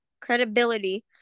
credibility